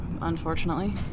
Unfortunately